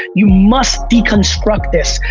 you must deconstruct this,